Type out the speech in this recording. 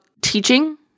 teaching